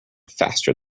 faster